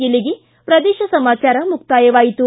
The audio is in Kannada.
ಇಲ್ಲಿಗೆ ಪ್ರದೇಶ ಸಮಾಚಾರ ಮುಕ್ತಾಯವಾಯಿತು